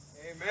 Amen